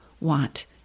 want